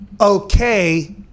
okay